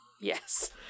yes